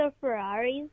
Ferraris